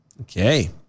okay